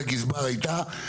ההנחיה שלי לגזבר הייתה,